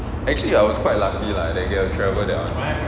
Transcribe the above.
actually I was quite lucky lah they get to travel that [one]